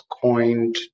coined